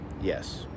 Yes